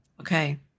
Okay